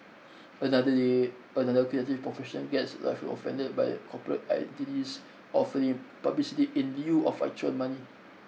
another day another creative professional gets rightfully offended by corporate entities offering publicity in lieu of actual money